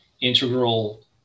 integral